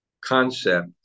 concept